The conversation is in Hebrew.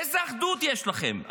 איזו אחדות יש לכם?